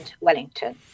Wellington